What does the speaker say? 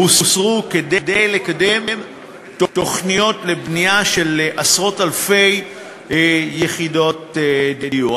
הוסרו כדי לקדם תוכניות לבנייה של עשרות-אלפי יחידות דיור.